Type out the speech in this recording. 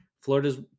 Florida's